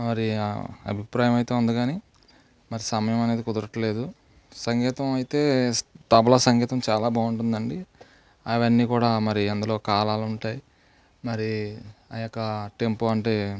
మరి అభిప్రాయం అయితే ఉంది కానీ మరి సమయం అనేది కుదరట్లేదు సంగీతం అయితే తబలా సంగీతం చాలా బావుంటుందండి అవన్నీ కూడా మరి అందులో కాలాలు ఉంటాయి మరి ఆ యొక్క టెంపో అంటే